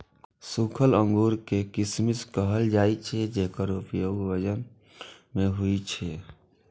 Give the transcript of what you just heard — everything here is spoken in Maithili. सूखल अंगूर कें किशमिश कहल जाइ छै, जेकर उपयोग व्यंजन मे होइ छै